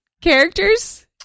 characters